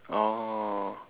oh